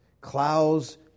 Clouds